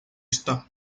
está